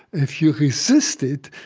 if you resist it,